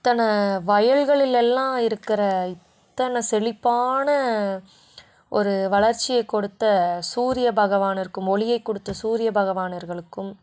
இத்தனை வயல்களில் எல்லா இருக்கிற இத்தனை செழிப்பான ஒரு வளர்ச்சியை கொடுத்த சூரிய பகவான் இருக்கும் ஒளியை கொடுத்த சூரியபகவானர்களுக்கும்